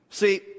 See